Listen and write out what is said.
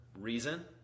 reason